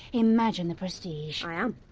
imagine the prestige! i am,